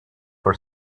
for